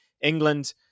England